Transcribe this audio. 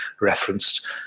referenced